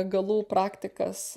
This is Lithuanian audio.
galų praktikas